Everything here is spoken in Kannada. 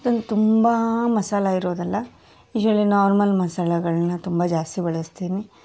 ತುಂ ತುಂಬ ಮಸಾಲೆ ಇರೋದಲ್ಲ ಯೂಸ್ವಲಿ ನಾರ್ಮಲ್ ಮಸಾಲೆಗಳ್ನ ತುಂಬ ಜಾಸ್ತಿ ಬಳಸ್ತೀನಿ